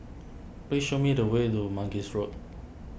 please show me the way to Mangis Road